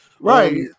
right